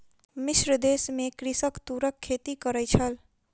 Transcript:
मिस्र देश में कृषक तूरक खेती करै छल